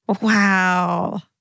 Wow